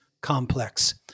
complex